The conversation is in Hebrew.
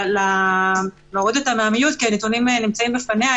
כי הנתונים נמצאים בפניה,